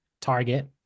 target